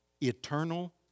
eternal